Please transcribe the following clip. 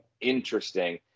interesting